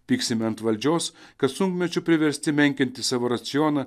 pyksime ant valdžios kad sunkmečiu priversti menkinti savo racioną